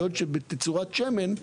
בעוד שבתצורת שמן,